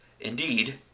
Indeed